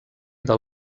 del